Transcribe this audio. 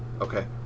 Okay